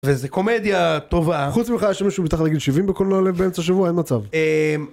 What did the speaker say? וזה קומדיה טובה, חוץ ממך יש שם מישהו מתחת לגיל שבעים בקולנוע לב באמצע השבוע? אין מצב.